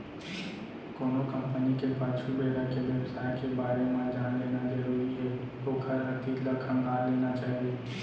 कोनो कंपनी के पाछू बेरा के बेवसाय के बारे म जान लेना जरुरी हे ओखर अतीत ल खंगाल लेना चाही